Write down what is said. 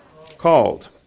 Called